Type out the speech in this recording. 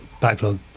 backlog